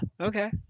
okay